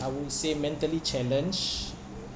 I would say mentally challenged